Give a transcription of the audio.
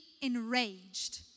enraged